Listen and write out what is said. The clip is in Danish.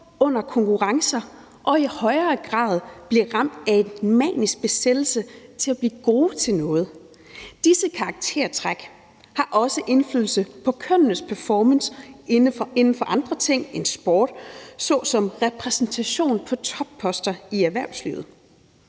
under konkurrence og i højere grad bliver ramt af en manisk besættelse til at blive gode til noget. Disse træk har også en indflydelse på kønnenes performance indenfor andre ting end sport, såsom repræsentation på topposter i erhvervslivet.«